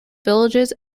villages